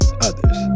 others